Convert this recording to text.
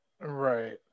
Right